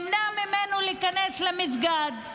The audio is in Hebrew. להיכנס למסגד.